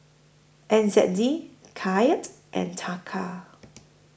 N Z D Kyat and Taka